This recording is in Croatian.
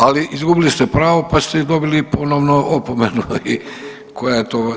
Ali izgubili ste pravo, pa ste dobili ponovno opomenu, ali koja je to.